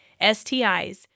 STIs